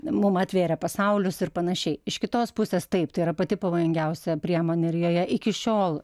mum atvėrė pasaulius ir panašiai iš kitos pusės taip tai yra pati pavojingiausia priemonė ir joje iki šiol